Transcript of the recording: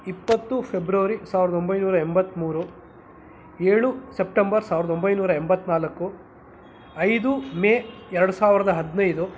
ಇಪ್ಪತ್ತು ಫೆಬ್ರವರಿ ಸಾವಿರದೊಂಬೈನೂರ ಎಂಬತ್ತ್ಮೂರು ಏಳು ಸೆಪ್ಟೆಂಬರ್ ಸಾವಿರದೊಂಬೈನೂರ ಎಂಬತ್ತ್ನಾಲ್ಕು ಐದು ಮೇ ಎರ್ಡು ಸಾವಿರ್ದ ಹದಿನೈದು